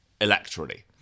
electorally